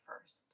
first